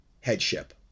headship